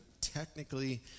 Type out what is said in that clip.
technically